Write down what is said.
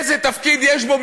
איזה תפקיד יש בו,